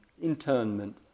internment